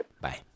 Bye